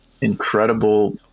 incredible